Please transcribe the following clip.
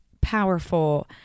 powerful